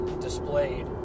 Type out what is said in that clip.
displayed